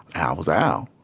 al was al.